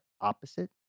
opposite